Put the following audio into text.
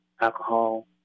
alcohol